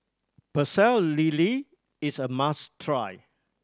Pecel Lele is a must try